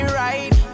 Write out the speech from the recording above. right